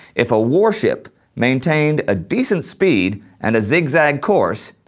if a warship maintained a decent speed and a zig zag course,